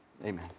Amen